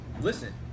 listen